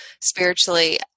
spiritually